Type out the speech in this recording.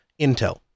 Intel